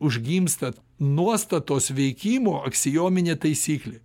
užgimsta nuostatos veikimo aksiominė taisyklė